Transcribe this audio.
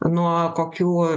nuo kokių